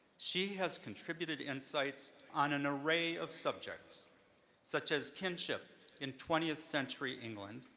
she has contributed insights on an array of subjects such as kinship in twentieth century england,